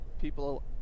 people